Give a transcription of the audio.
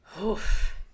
Oof